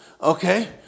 Okay